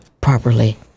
properly